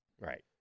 Right